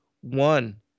one